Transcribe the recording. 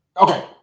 okay